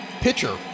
pitcher